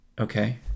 Okay